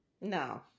no